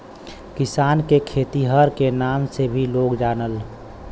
किसान के खेतिहर के नाम से भी लोग जानलन